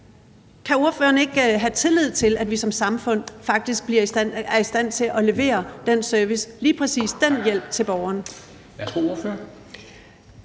Kan ordføreren ikke have tillid til, at vi som samfund faktisk er i stand til at levere lige præcis den hjælp til borgeren?